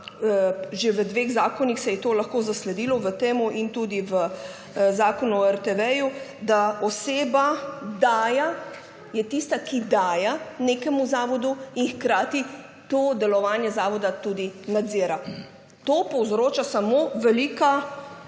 že v dveh zakonih se je to lahko zasledilo, v tem in tudi v zakonu o RTV, da oseba /nerazumljivo/ je tista, ki daje nekemu zavodu in hkrati to delovanje zavoda tudi nadzira. To povzroča samo velika